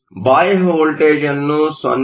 ಬಾಹ್ಯ ವೋಲ್ಟೇಜ್ ಅನ್ನು 0